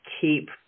keep